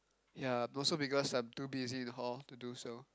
ya also because I'm too busy with the hall to do so